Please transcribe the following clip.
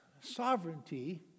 sovereignty